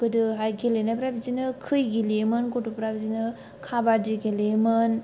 गोदोहाय गेलेनायफ्रा बिदिनो खुइ गेलेयोमोन गथ'फ्रा बिदिनो खाब्बड्डि गेलेयोमोन